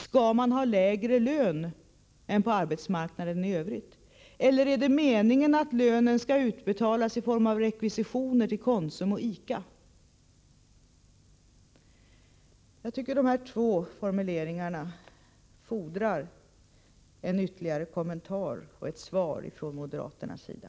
Skall man ha lägre lön än på arbetsmarknaden i övrigt, eller är det meningen att lönen skall utbetalas i form av rekvisitioner till Konsum och ICA? Jag tycker att de här två formuleringarna fordrar en ytterligare kommentar från moderaternas sida.